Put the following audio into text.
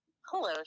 Hello